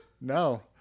No